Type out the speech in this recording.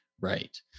Right